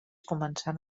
començant